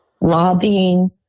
lobbying